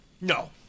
No